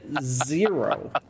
zero